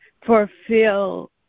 fulfill